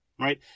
right